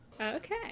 okay